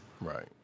Right